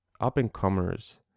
up-and-comers